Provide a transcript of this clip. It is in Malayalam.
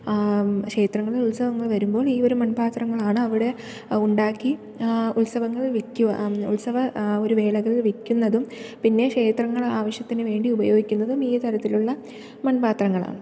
ക്ഷേത്രങ്ങളിൽ ഉത്സവങ്ങൾ വരുമ്പോൾ ഈ ഒരു മൺപാത്രങ്ങളാണ് അവിടെ ഉണ്ടാക്കി ഉത്സവങ്ങളിൽ വിൽക്കുക ഉത്സവ ഒരു വേളകളിൽ വിൽക്കുന്നതും പിന്നെ ക്ഷേത്രങ്ങളെ ആവശ്യത്തിന് വേണ്ടി ഉപയോഗിക്കുന്നതും ഈ തരത്തിലുള്ള മൺപാത്രങ്ങളാണ്